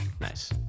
Nice